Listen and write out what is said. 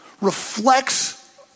reflects